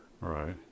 Right